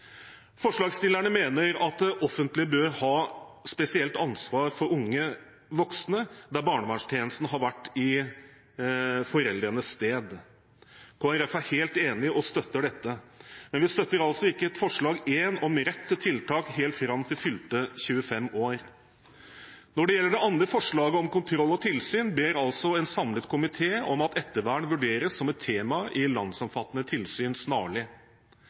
Forslagsstillerne mener at det offentlige bør ha spesielt ansvar for unge voksne der barnevernstjenesten har vært i foreldrenes sted. Kristelig Folkeparti er helt enig og støtter dette. Men vi støtter altså ikke punkt 1 i representantforslaget, om rett til tiltak helt fram til fylte 25 år. Når det gjelder det andre forslaget, om kontroll og tilsyn, ber altså en samlet komité om at ettervern vurderes som et tema i landsomfattende tilsyn snarlig.